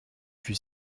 fut